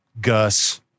Gus